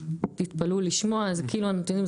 תתפלאו לשמוע זה כאילו הנתונים,